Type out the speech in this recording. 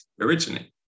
originally